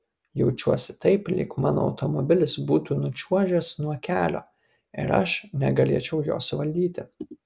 jaučiuosi taip lyg mano automobilis būtų nučiuožęs nuo kelio ir aš negalėčiau jo suvaldyti